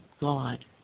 God